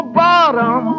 bottom